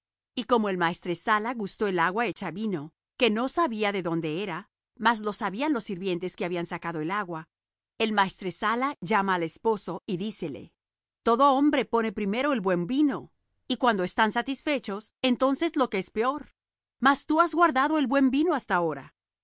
y como el maestresala gustó el agua hecha vino que no sabía de dónde era mas lo sabían los sirvientes que habían sacado el agua el maestresala llama al esposo y dícele todo hombre pone primero el buen vino y cuando están satisfechos entonces lo que es peor mas tú has guardado el buen vino hasta ahora